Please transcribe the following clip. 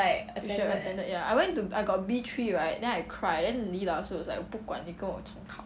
you should have attended ya I went to I got B three right then I cry then 李老师 was like 我不管你跟我重考